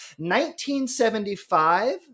1975